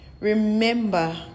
remember